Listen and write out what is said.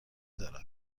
دارم